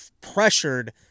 pressured